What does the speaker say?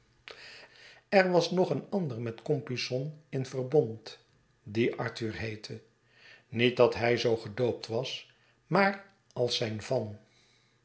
er was nog een ander met compeyson in verbond die arthur heette niet dat hij zoo gedoopt was maar als zijn van